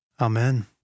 amen